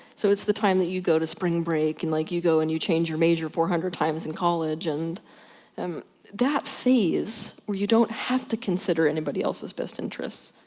so it's the time that you go to spring break and like you go and you change your major four hundred times, in college and um that phase where you don't have to consider anybody else's best interests,